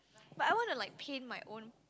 but I want to like paint my own